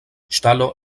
ŝtalo